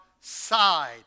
side